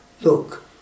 look